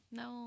no